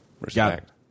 Respect